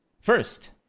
first